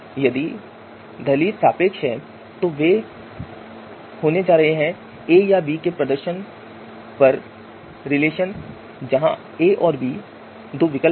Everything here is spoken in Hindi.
यदि दहलीज सापेक्ष हैं तो वे होने जा रहे हैं ए या बी के प्रदर्शन पर रिश्तेदार जहां ए और बी दो विकल्प हैं